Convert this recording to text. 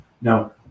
Now